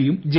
പിയും ജെ